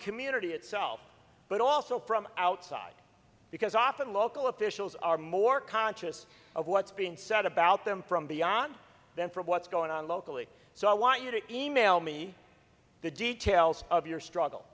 community itself but also from outside because often local officials are more conscious of what's being said about them from beyond than from what's going on locally so i want you to e mail me the details of your struggle